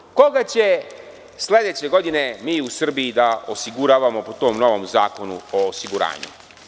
Imam pitanje, koga ćemo sledeće godine u Srbiji da osiguravamo po tom novom zakonu o osiguranju?